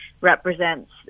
represents